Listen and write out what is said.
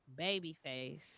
Babyface